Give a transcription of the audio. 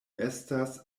estas